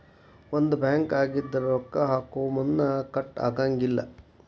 ಒಂದ ಬ್ಯಾಂಕ್ ಆಗಿದ್ರ ರೊಕ್ಕಾ ಹಾಕೊಮುನ್ದಾ ಕಟ್ ಆಗಂಗಿಲ್ಲಾ